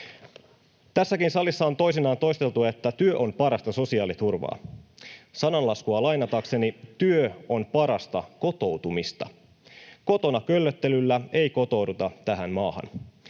Tässäkin salissa on toisinaan toisteltu, että työ on parasta sosiaaliturvaa. Sananlaskua lainatakseni: työ on parasta kotoutumista. Kotona köllöttelyllä ei kotouduta tähän maahan.